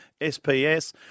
SPS